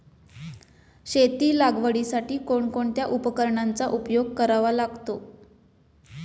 शेती लागवडीसाठी कोणकोणत्या उपकरणांचा उपयोग करावा लागतो?